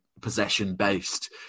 possession-based